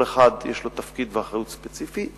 כל אחד יש לו תפקיד ואחריות ספציפית,